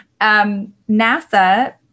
NASA